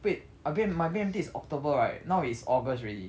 wait I B_M my B_M_T is october right now is august already